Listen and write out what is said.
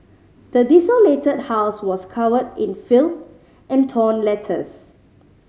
the desolated house was covered in filth and torn letters